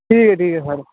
ठीक ऐ ठीक ऐ सर